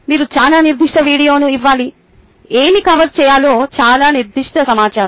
మీరు చాలా నిర్దిష్ట వీడియోను ఇవ్వాలి ఏమి కవర్ చేయాలో చాలా నిర్దిష్ట సమాచారం